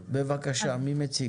בבקשה, מי מציג?